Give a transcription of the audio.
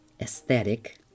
aesthetic